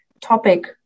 topic